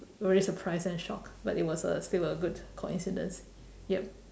very surprised and shocked but it was a still a good coincidence yup